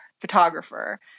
photographer